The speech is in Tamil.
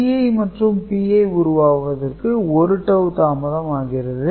Gi மற்றும் Pi உருவாவதற்கு 1 டவூ தாமதம் ஆகிறது